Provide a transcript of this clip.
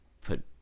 put